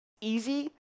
easy